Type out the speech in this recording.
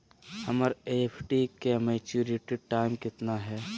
हमर एफ.डी के maturity time कितना है?